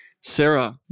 Sarah